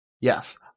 Yes